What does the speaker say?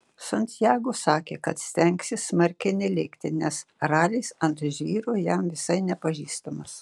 santiago sakė kad stengsis smarkiai nelėkti nes ralis ant žvyro jam visai nepažįstamas